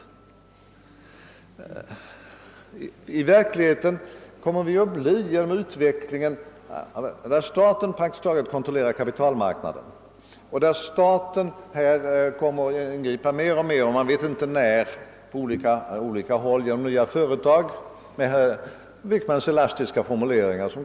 I verkligheten kommer det att bli en utveckling där staten kontrollerar praktiskt taget hela kapitalmarknaden och kommer att göra allt större ingripanden, beträffande vilka man inte med herr Wickmans elastiska formulering som grund kan förutse vare sig tidpunkten eller målet.